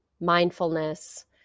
mindfulness